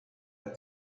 las